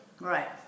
Right